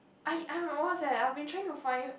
I I'm awareness eh I'm been trying to find